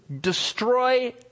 destroy